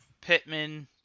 Pittman